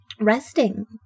resting